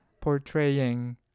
portraying